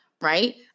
right